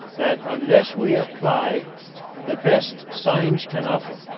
that unless we apply the best science can offer,